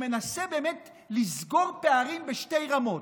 שמנסה לסגור פערים בשתי רמות: